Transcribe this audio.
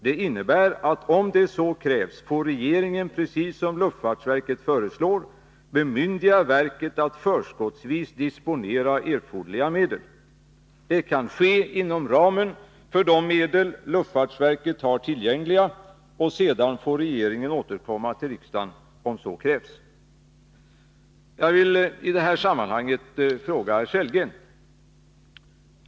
Det innebär att om det blir nödvändigt, får regeringen — precis som luftfartsverket föreslår — bemyndiga verket att förskottsvis disponera erforderliga medel. Det kan ske inom ramen för de medel luftfartsverket har tillgängliga, och sedan får regeringen återkomma till riksdagen om så krävs. Jag vill i det här sammanhanget ställa en fråga till herr Sellgren.